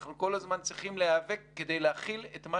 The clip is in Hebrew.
אנחנו כל הזמן צריכים להיאבק כדי להחיל את מה